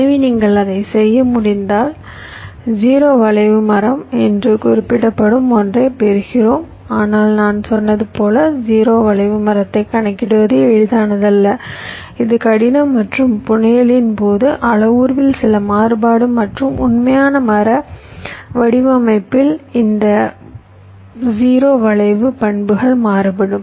எனவே நீங்கள் அதைச் செய்ய முடிந்தால் 0 வளைவு மரம் என்று குறிப்பிடப்படும் ஒன்றை பெறுகிறோம் ஆனால் நான் சொன்னது போல் 0 வளைவு மரத்தை கணக்கிடுவது எளிதானது அல்ல இது கடினம் மற்றும் புனையலின் போது அளவுருவில் சில மாறுபாடு மற்றும் உண்மையான மர வடிவமைப்பில் இந்த 0 வளைவு பண்புகள் மாறுபடும்